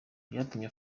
byatumye